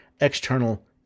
External